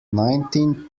nineteen